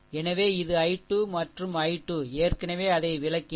எனவே இது I2 மற்றும் I2 ஏற்கனவே அதை விளக்கினேன்